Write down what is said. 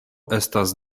estas